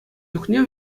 чухне